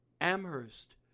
Amherst